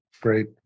Great